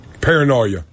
Paranoia